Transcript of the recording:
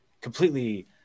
completely